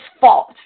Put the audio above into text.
fault